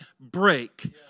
break